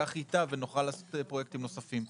כך ייטב ונוכל לעשות פרויקטים נוספים,